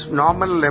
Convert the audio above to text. normal